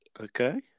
Okay